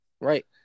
Right